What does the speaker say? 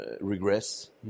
regress